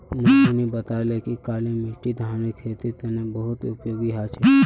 मोहिनी बताले कि काली मिट्टी धानेर खेतीर तने बहुत उपयोगी ह छ